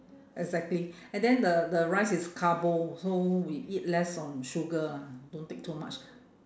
exactly and then the the rice is carbo so we eat less on sugar ah don't take too much